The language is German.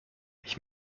ich